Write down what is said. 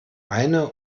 eine